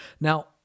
Now